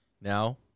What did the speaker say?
Now